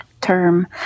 term